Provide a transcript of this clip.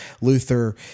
Luther